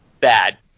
bad